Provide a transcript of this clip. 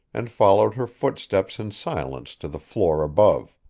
and followed her footsteps in silence to the floor above.